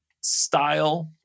style